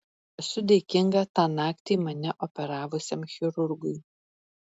esu dėkinga tą naktį mane operavusiam chirurgui